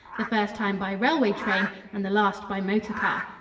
the first time by railway train and the last by motor car.